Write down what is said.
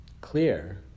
clear